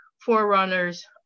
forerunners